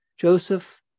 joseph